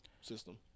system